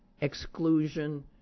exclusion